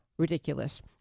Ridiculous